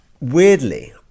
weirdly